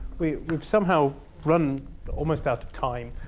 we we've somehow run almost out of time.